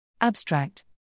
Abstract